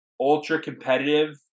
ultra-competitive